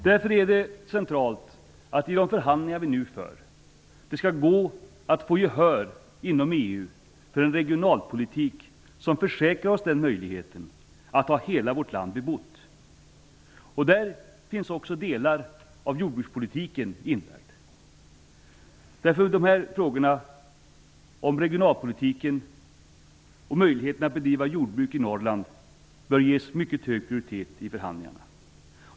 Därför är det centralt att det i de förhandlingar vi nu för skall gå att inom EU få gehör för en regionalpolitik som försäkrar oss den möjligheten att ha hela vårt land bebott. Där finns också delar av jordbrukspolitiken inlagd. Frågorna om regionalpolitiken och möjligheten att bedriva jordbruk i Norrland bör därför ges mycket hög prioritet i förhandlingarna.